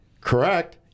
correct